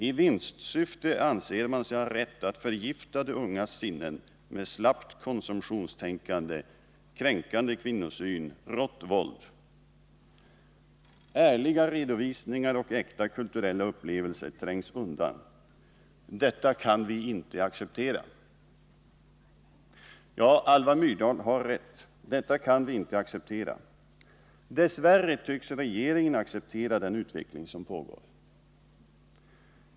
I vinstsyfte anser man sig ha rätt att förgifta de ungas sinnen med slappt konsumtionstänkande, kränkande kvinnosyn, rått våld. Ärliga redovisningar och äkta kulturella upplevelser trängs undan. Detta kan vi inte acceptera.” Alva Myrdal har rätt — detta kan vi inte acceptera. Dess värre tycks regeringen acceptera den utveckling som pågår.